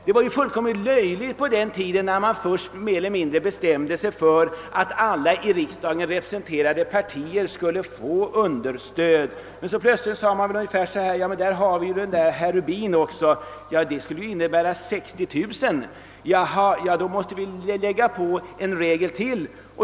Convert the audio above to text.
Det var ju fullkomligt löjligt att man först mer eller mindre bestämde sig för att alla i riksdagen Plötsligt sade man emellertid ungefär så här: Där har vi också den där Rubin och det skulle innebära att han får 60 000 kronor — då måste det införas ytterligare en regel.